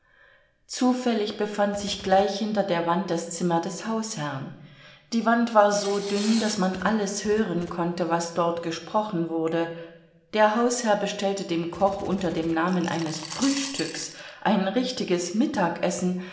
zufällig befand sich gleich hinter der wand das zimmer des hausherrn die wand war so dünn daß man alles hören konnte was dort gesprochen wurde der hausherr bestellte dem koch unter dem namen eines frühstücks ein richtiges mittagessen